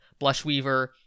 Blushweaver